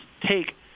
take